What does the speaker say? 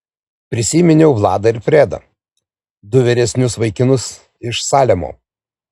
prisiminiau vladą ir fredą du vyresnius vaikinus iš salemo